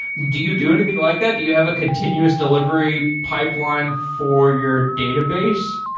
do you do anything like that? do you have a continuous delivery pipeline for your database?